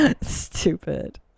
Stupid